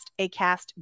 Acast